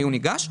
מבנקים.